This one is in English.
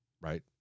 right